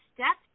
Step